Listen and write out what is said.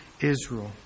Israel